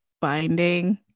binding